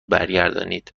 برگردانید